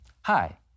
Hi